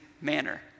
manner